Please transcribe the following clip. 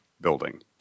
building